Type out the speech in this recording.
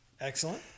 Excellent